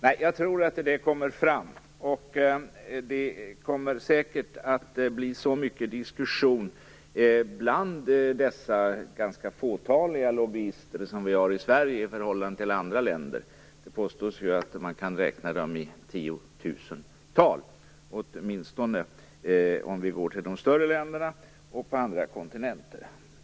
Men jag tror att idén kommer fram, och att det säkert kommer att bli mycket diskussion bland dessa ganska fåtaliga lobbyister som vi har i Sverige i förhållande till andra länder. Det påstås att man kan räkna dem i tiotusental åtminstone i de större länderna och på andra kontinenter.